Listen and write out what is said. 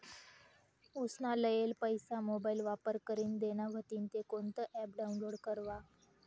उसना लेयेल पैसा मोबाईल वापर करीन देना व्हतीन ते कोणतं ॲप डाऊनलोड करवा?